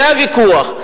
זה הוויכוח.